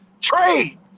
Trade